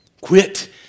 Quit